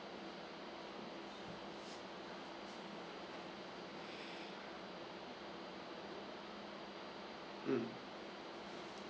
mm